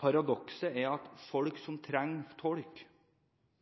Paradokset er at folk som trenger tolk,